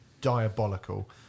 diabolical